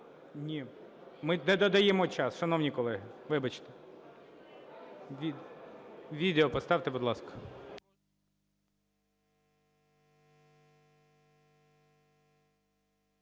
Ми не додаємо час, шановні колеги. Вибачте. Відео поставте, будь ласка.